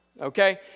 Okay